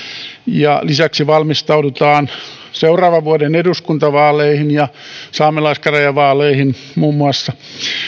ja lisäksi valmistaudutaan seuraavan vuoden eduskuntavaaleihin ja saamelaiskäräjävaaleihin muun muassa